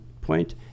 point